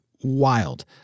wild